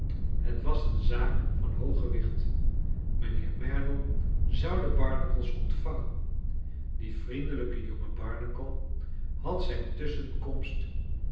het was een zaak van hoog gewicht mijnheer merdle zou de barnacles ontvangen die vriendelijke jonge barcharles dickens nacle had zijn tusschenkomst